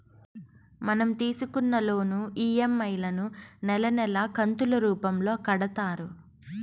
మనం తీసుకున్న loan EMI లను నెలా నెలా కంతులు రూపంలో కడతారు